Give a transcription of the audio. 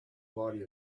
body